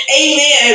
amen